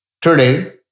Today